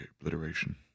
obliteration